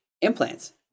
implants